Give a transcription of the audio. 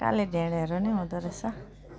काले ढेडहरू नि हुँदोरहेछ